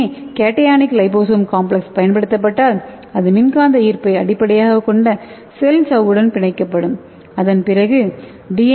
ஏ cationic liposome complex பயன்படுத்தப்பட்டால் அது மின்காந்த ஈர்ப்பை அடிப்படையாகக் கொண்ட செல் சவ்வுடன் பிணைக்கப்படும் அதன் பிறகு டி